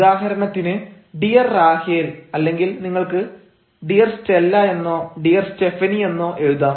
ഉദാഹരണത്തിന് dear Rahel അല്ലെങ്കിൽ നിങ്ങൾക്ക് ഡിയർ സ്റ്റെല്ല എന്നോ ഡിയർ സ്റ്റെഫനി എന്നോ എഴുതാം